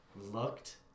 looked